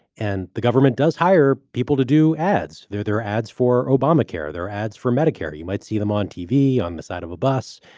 and the government does hire people to do ads. there there are ads for obamacare. their ads for medicare. you might see them on tv on the side of a bus.